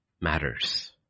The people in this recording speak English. matters